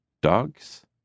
Dogs